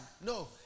No